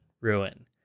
ruin